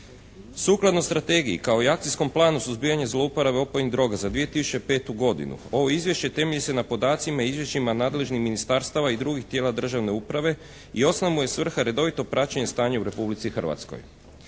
Sukladno strategiji kao i Akcijskom planu suzbijanja zlouporabe opojnih droga za 2005. godinu ovo izvješće temelji se na podacima i izvješćima nadležnih ministarstava i drugih tijela državne uprave i osnovna mu je svrha redovito praćenje stanja u Republici Hrvatskoj.